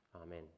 Amen